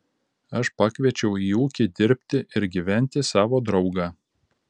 aš pakviečiau į ūkį dirbti ir gyventi savo draugą